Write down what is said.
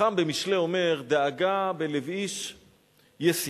החכם במשלי אומר "דאגה בלב איש ישחנה,